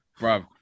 Bro